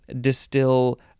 distill